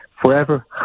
forever